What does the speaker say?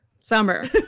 summer